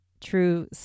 true